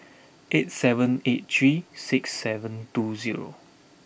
eight seven eight three six seven two zero